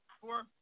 Four